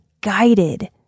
guided